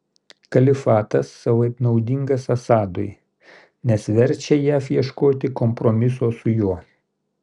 kalifatas savaip naudingas assadui nes verčia jav ieškoti kompromiso su juo